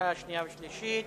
קריאה שנייה וקריאה שלישית.